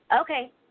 Okay